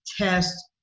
test